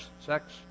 sex